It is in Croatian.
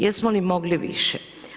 Jesmo li mogli više?